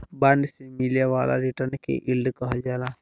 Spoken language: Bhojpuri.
बांड से मिले वाला रिटर्न के यील्ड कहल जाला